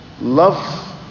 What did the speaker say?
love